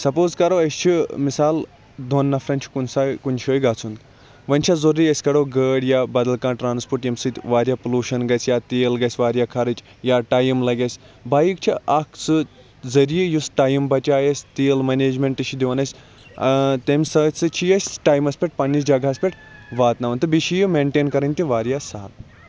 suppose کَرَو أسۍ چھِ مِثال دۄن نَفرَن چھُ کُنہ سا کُنہِ جٲے گَژھُن وۄنۍ چھِ ضروٗری أسۍ کَڑَو گٲڑ یا بَدَل کانٛہہ ٹرانسپوٹ یمہ سۭتۍ واریاہ پُلوشَن گَژھِ یا تیٖل گَژھِ واریاہ خرٕچ یا ٹایم لَگٮ۪س بایک چھِ اکھ سُہ ذٔریعہ یُس ٹایم بَچایہِ اَسہِ تیٖل مَنیجمنٹ چھ دِوان اَسہِ تمہ سۭتۍ سۭتۍ سۭتۍ چھِ یہِ اَسہِ ٹایمَس پٮ۪ٹھ پَننِس جَگہَس پٮ۪ٹھ واتناوان تہٕ بیٚیہِ چھِ یہِ مینٹین کَرٕنۍ تہٕ واریاہ سَہَل